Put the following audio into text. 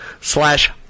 slash